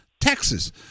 Texas